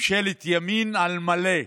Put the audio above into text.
ממשלת ימין על מלא.